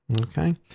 Okay